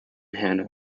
hannah